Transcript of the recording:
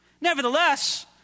Nevertheless